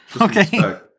Okay